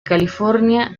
california